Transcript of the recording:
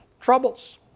troubles